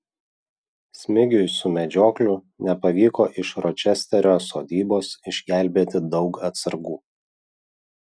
smigiui su medžiokliu nepavyko iš ročesterio sodybos išgelbėti daug atsargų